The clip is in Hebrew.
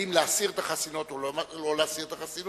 האם להסיר את החסינות או לא להסיר את החסינות,